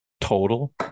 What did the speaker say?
total